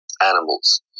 animals